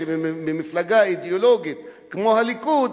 ממפלגה אידיאולוגית כמו הליכוד,